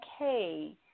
okay